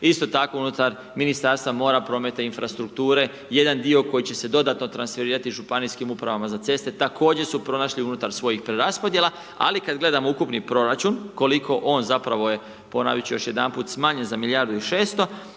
isto tako unutar Ministarstva mora, prometa i infrastrukture, jedan dio koji će se dodatno transferirati županijskim upravama za ceste, također su pronašli unutar svojih preraspodjela, ali kada gledamo ukupni proračun, koliko on, zapravo je, ponoviti ću još jedanput smanjen za milijardu i 600,